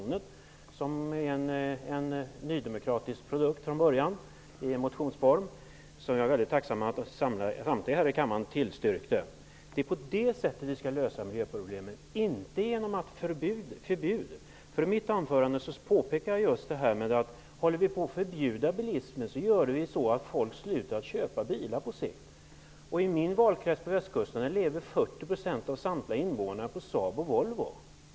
Förslaget var en från början nydemokratisk produkt framlagd i motionsform. Jag är tacksam för att samtliga i kammaren biföll förslaget. Det är på det sättet miljöproblemen skall lösas -- inte med hjälp av förbud. Jag påpekade i mitt anförande att förbud av bilism innebär att folk på sikt slutar köpa bilar. I min valkrets på Västkusten lever 40 % av samtliga invånare på Saabs och Volvos industrier.